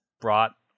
brought